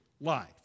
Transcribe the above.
life